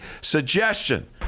Suggestion